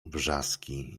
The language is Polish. wrzaski